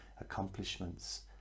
accomplishments